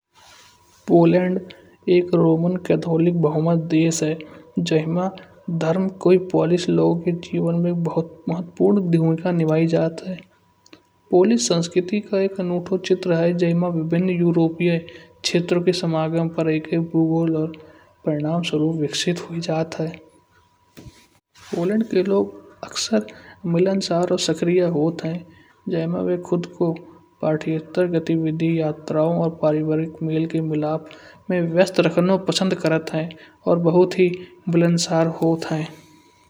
पोलैंड एक Roman Catholic बहुमत देश है। जाहिं मा धर्म के पोलिश लोगों के जीवन में बहुत महत्वपूर्ण भूमिका निभाई जात है। पोलिश संस्कृति का एक अनोखा चित्र है। जैहिं मा विभिन्न यूरोपीय क्षेत्रों के समागम पर एक-एक भूगोल और परिणाम स्वरूप विकसित हुई जात है। पोलैंड के लोग अक्सर मिलनसार और सक्रिय होत है। जैहिं मा वे खुद को पथयात्रा गतिविधियों यात्राओ और पारिवारिक मेल के मिलाप में व्यस्त रखनो पसंद करत है। और बहुत हे बिलानसार होत है।